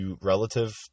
relative